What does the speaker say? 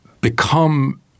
become